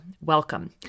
welcome